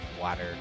Water